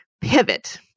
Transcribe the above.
pivot